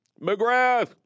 McGrath